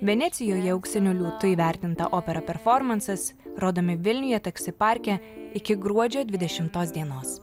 venecijoje auksiniu liūtu įvertinta opera performansas rodomi vilniuje taksi parke iki gruodžio dvidešimtos dienos